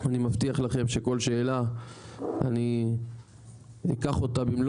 אני מבטיח לכם שכל שאלה אני אקח אותה במלוא